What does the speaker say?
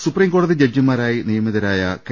supreme കോടതി ജഡ്ജിമാരായി നിയമിതരായ കെ